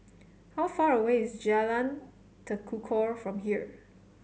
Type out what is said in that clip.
how far away is Jalan Tekukor from here